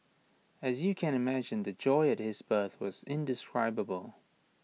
as you can imagine the joy at his birth was indescribable